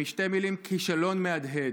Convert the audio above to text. בשתי מילים: כישלון מהדהד.